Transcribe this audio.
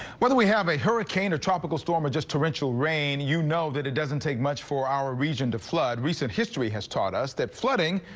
whether we have a hurricane or tropical storm or just torrential rain, you know that it doesn't take much for our region to flood recent history has taught us that flooding.